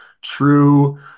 true